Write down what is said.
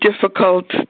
difficult